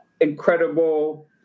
incredible